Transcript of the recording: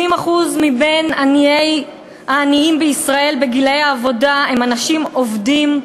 70% מהעניים בגיל העבודה בישראל הם אנשים עובדים.